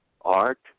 art